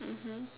mmhmm